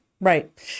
right